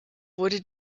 wurde